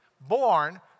born